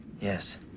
Yes